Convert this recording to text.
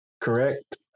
correct